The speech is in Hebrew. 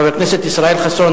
חבר הכנסת ישראל חסון,